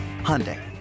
Hyundai